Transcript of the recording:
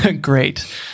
great